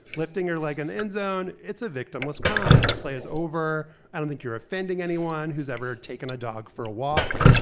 lifting your leg in the end zone. it's a victimless crime. the play is over. i don't think you're offending anyone who's ever taken a dog for a walk,